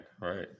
Right